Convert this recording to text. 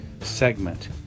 segment